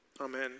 Amen